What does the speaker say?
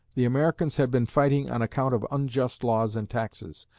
the americans had been fighting on account of unjust laws and taxes.